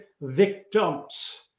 victims